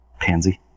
pansy